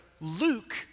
Luke